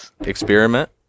Experiment